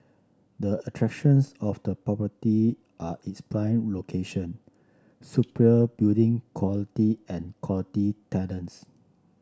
the attractions of the property are its prime location superior building quality and quality tenants